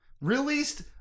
Released